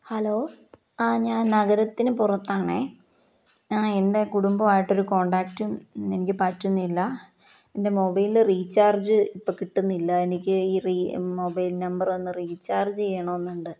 hello ആ ഞാൻ നഗരത്തിന് പുറത്താണെങ്കിൽ എൻ്റെ കുടുംബമായിട്ടൊരു കോൺടാക്റ്റും എനിക്ക് പറ്റുന്നില്ല എൻ്റെ മൊബൈലില് റീചാർജ് ഇപ്പം കിട്ടുന്നില്ല എനിക്ക് ഈ മൊബൈൽ നമ്പർ ഒന്ന് റീചാർജ് ചെയ്യണമെന്ന് ഉണ്ട്